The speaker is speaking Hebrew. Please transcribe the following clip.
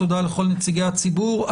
תודה לכל נציגי הציבור.